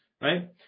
right